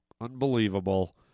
Unbelievable